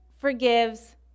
forgives